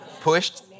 Pushed